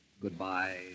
Goodbye